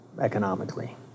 economically